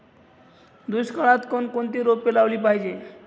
दुष्काळात कोणकोणती रोपे लावली पाहिजे?